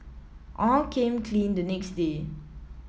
all came clean the next day